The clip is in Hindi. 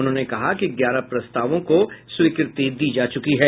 उन्होंने कहा कि ग्यारह प्रस्तावों को स्वीकृति दी जा चुकी है